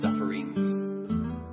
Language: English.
sufferings